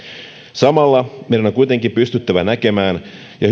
samalla meidän on kuitenkin pystyttävä näkemään ja hyödyntämään teknologian